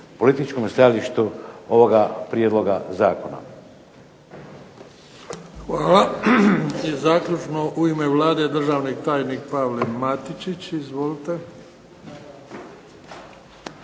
političkom stajalištu ovoga prijedloga zakona. **Bebić, Luka (HDZ)** Hvala. I zaključno u ime Vlade državni tajnik Pavao Matičić. Izvolite.